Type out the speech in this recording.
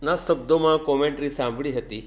ના શબ્દોમાં કોમેન્ટરી સાંભળી હતી